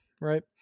right